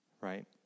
Right